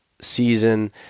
season